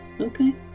Okay